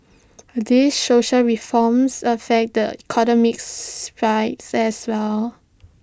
these social reforms affect the economic as well